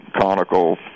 conical